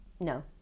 No